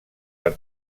per